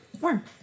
warm